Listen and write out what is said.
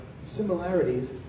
similarities